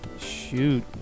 Shoot